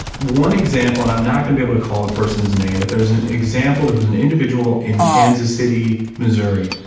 one example, and i'm not going to be able to call the person's name, but there is an example, there was an individual in kansas city, missouri,